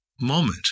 moment